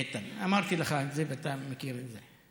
איתן, אמרתי לך את זה ואתה מכיר את זה: